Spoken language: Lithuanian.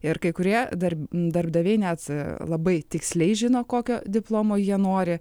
ir kai kurie dar darbdaviai net labai tiksliai žino kokio diplomo jie nori